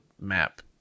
map